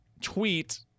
tweet